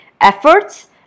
Efforts